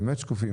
באמת שקופים.